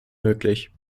möglich